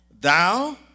thou